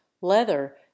leather